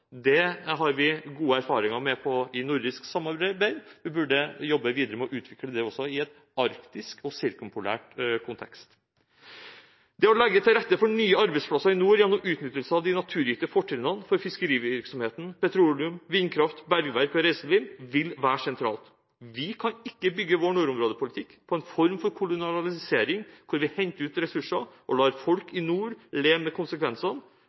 har vi gode erfaringer fra nordisk samarbeid. Vi burde jobbe videre med å utvikle det også i en arktisk og sirkumpolar kontekst. Det å legge til rette for nye arbeidsplasser i nord gjennom utnyttelse av de naturgitte fortrinnene for fiskerivirksomhet, petroleum, vindkraft, bergverk og reiseliv, vil være sentralt. Vi kan ikke bygge vår nordområdepolitikk på en form for kolonialisering, hvor vi henter ut ressurser og lar folk i nord leve med konsekvensene,